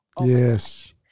Yes